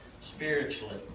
spiritually